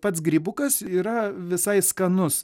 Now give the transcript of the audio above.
pats grybukas yra visai skanus